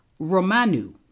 Romanu